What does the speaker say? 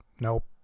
nope